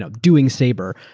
ah doing sabr,